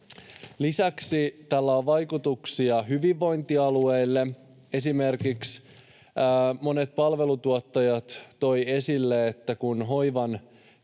Lisäksi tällä on vaikutuksia hyvinvointialueille. Esimerkiksi monet palveluntuottajat toivat esille, että kun hoivan